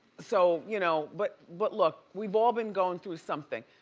so, you know, but but look, we've all been going through something.